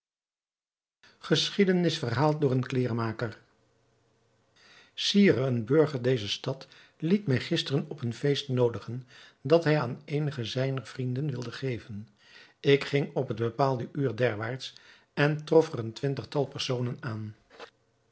geschiedenis verhaald door een kleêrmaker sire een burger dezer stad liet mij gisteren op een feest noodigen dat hij aan eenige zijner vrienden wilde geven ik ging op het bepaalde uur derwaarts en trof er een twintigtal personen aan